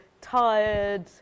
tired